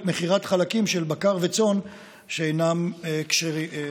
מכירת חלקים של בקר וצאן שאינם כשרים.